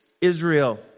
Israel